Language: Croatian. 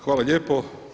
Hvala lijepo.